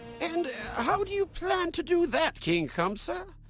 and how do you plan to do that, king kamsa,